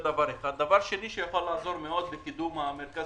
דבר שני שיכול לעזור מאוד לקידום מרכז